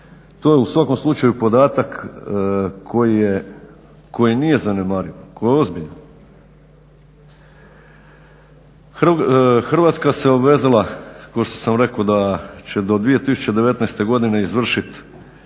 to je u svakom slučaju podatak koji nije zanemariv, koji je ozbiljan. Hrvatska se obvezala kao što sam rekao da će do 2019.godine izvršiti